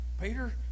Peter